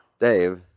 Dave